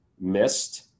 missed